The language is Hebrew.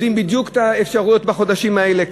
יודעים בדיוק את האפשרויות בחודשים האלה,